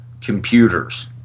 computers